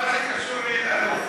מה זה קשור לאלאלוף,